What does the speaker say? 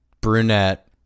Brunette